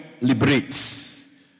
liberates